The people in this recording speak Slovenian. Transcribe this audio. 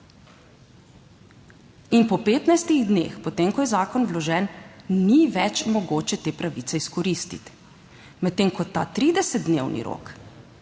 In po 15 dneh, po tem, ko je zakon vložen ni več mogoče te pravice izkoristiti, medtem ko ta 30 dnevni rok,